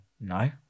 No